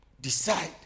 decide